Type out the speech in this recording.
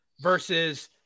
versus